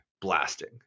blasting